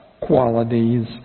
qualities